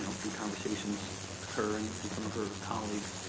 through conversations with her and some of her colleagues,